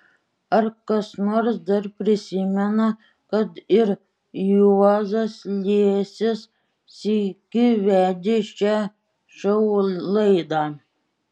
ar kas nors dar prisimena kad ir juozas liesis sykį vedė šią šou laidą